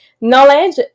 knowledge